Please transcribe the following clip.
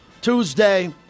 Tuesday